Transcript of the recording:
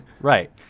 right